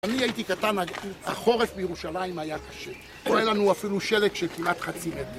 כשאני הייתי קטן, החורף בירושלים היה קשה. פה היה לנו אפילו שלג של כמעט חצי מטר